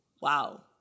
wow